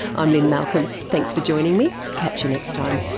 i'm lynne malcolm, thanks for joining me. catch you next time